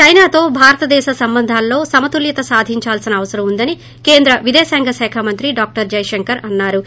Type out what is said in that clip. చైనాతో భారతదేశ సంబంధాలలో సమతూల్యత సాధించాల్పిన అవసరం ఉందని కేంద్ర విదేశాంగ శాఖ మంత్రి డాక్టర్ జైశంకర్ అన్నా రు